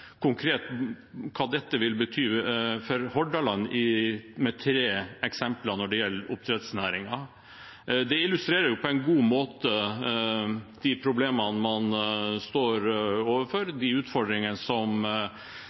konkret hva dette vil bety for Hordaland med tre eksempler når det gjelder oppdrettsnæringen. Det illustrerer på en god måte de problemene man står overfor, de utfordringene som